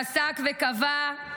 פסק וקבע: